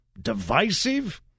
divisive